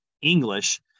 english